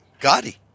Gotti